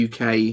UK